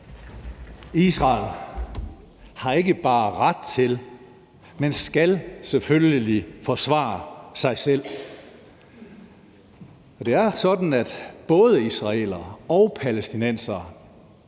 Israel har ikke bare ret til at, men skal selvfølgelig forsvare sig selv. Det er sådan, at både israelere og palæstinensere